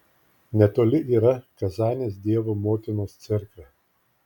netoli yra kazanės dievo motinos cerkvė